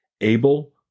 Abel